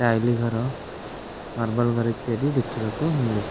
tile ଘର marble ଘର ଇତ୍ୟାଦି ଦେଖିବାକୁ ମିଳେ